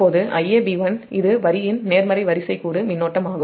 இப்போது Iab1 இது வரியின் நேர்மறை வரிசை கூறு மின்னோட்டமாகும்